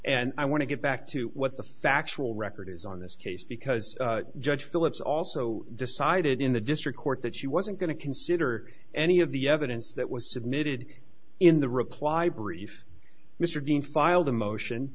and i want to get back to what the factual record is on this case because judge phillips also decided in the district court that she wasn't going to consider any of the evidence that was submitted in the reply brief mr dean filed a motion